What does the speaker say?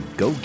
go